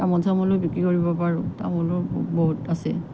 তামোল চামোলো বিক্ৰী কৰিব পাৰোঁ তামোলো ব বহুত আছে